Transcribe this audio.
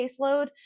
caseload